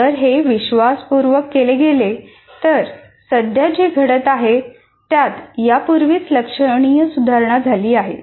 जर हे विश्वासपूर्वक केले गेले तर सध्या जे घडत आहे त्यात यापूर्वीच लक्षणीय सुधारणा झाली आहे